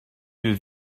yeux